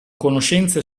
conoscenze